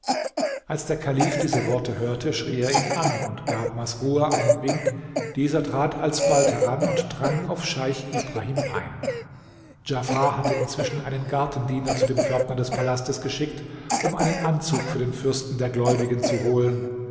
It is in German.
als der kalif diese worte hörte schrie er ihn an und gab masrur einen wink dieser trat alsbald heran und drang auf scheich ibrahim ein djafar hatte inzwischen einen gartendiener zu dem pförtner des palastes geschickt um einen anzug für den fürsten der gläubigen zu holen